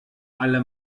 alle